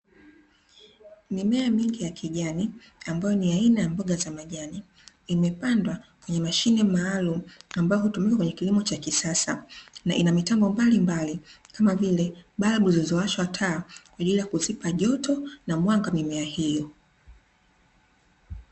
Mimea mingi ya kijani ambayo ni aina ya mboga za majani imepandwa kwenye mashine maalumu ambayo hutumika kwenye kilimo cha kisasa, na ina mitambo mbalimbali kama vile balbu zilizowashwa taa kwa ajili ya kuzipa joto na mwanga mimea hiyo.